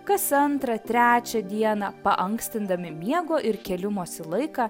kas antrą trečią dieną paankstindami miego ir kėlimosi laiką